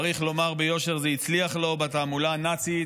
צריך לומר ביושר שזה הצליח לו בתעמולה הנאצית,